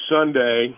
Sunday